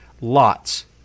lots